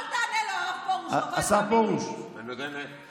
אל תענה לו, הרב פרוש, חבל, תאמין לי.